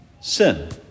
sin